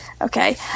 Okay